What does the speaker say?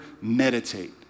meditate